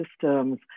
systems